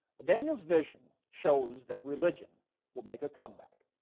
daniel's vision shows that religion will make a comeback.